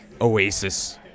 Oasis